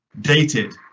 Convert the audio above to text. dated